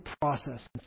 process